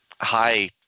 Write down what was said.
high